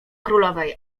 królowej